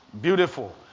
Beautiful